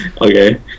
okay